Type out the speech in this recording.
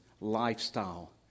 lifestyle